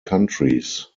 countries